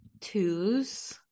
Twos